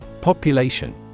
Population